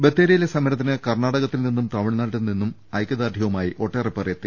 ബത്തേരിയിലെ സമരത്തിന് കർണ്ണാടകത്തിൽനിന്നും തമി ഴ്നാട്ടിൽനിന്നും ഐക്യദാർഢ്യവുമായി ഒട്ടേറെപേർ എത്തി